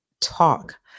talk